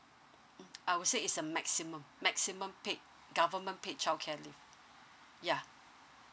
mm I would say is a maximum maximum paid government paid childcare leave yeah